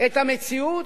את המציאות,